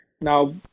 Now